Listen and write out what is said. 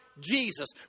Jesus